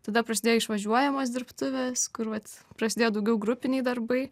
tada prasidėjo išvažiuojamos dirbtuvės kur vat prasidėjo daugiau grupiniai darbai